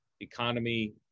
economy